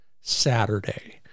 Saturday